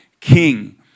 King